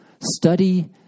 study